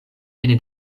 ene